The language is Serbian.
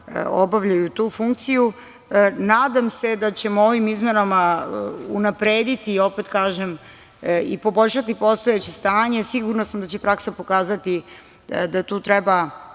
obavljaju tu funkciju. Nadam se da ćemo ovim izmenama unaprediti, opet kažem, i poboljšati postojeće stanje. Sigurna sam da će praksa pokazati da tu treba